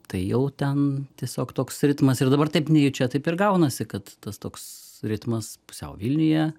tai jau ten tiesiog toks ritmas ir dabar taip nejučia taip ir gaunasi kad tas toks ritmas pusiau vilniuje